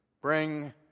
bring